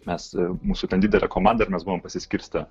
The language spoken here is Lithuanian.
mes mūsų ten didelė komanda ir mes buvom pasiskirstę